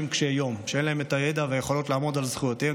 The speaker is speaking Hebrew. קשי יום שאין להם את הידע והיכולות לעמוד על זכויותיהם,